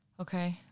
Okay